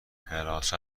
حراست